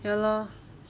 ya lor